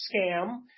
scam